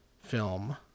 film